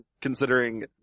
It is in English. Considering